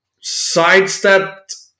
sidestepped